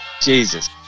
Jesus